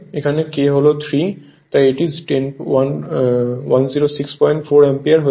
এখানে K হল 3 তাই এটি 1064 অ্যাম্পিয়ার হয়ে গেল